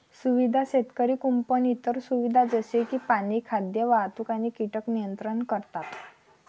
सुविधा शेतकरी कुंपण इतर सुविधा जसे की पाणी, खाद्य, वाहतूक आणि कीटक नियंत्रण करतात